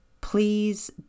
Please